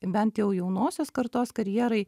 bent jau jaunosios kartos karjerai